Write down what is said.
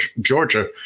Georgia